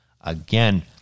again